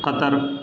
قطر